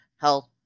health